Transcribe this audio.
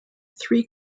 three